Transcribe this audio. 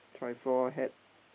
trishaw hat